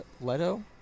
Leto